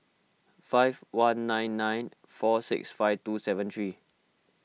five one nine nine four six five two seven three